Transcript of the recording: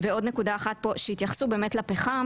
עוד נקודה אחת פה שהתייחסו לפחם.